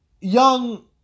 young